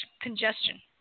congestion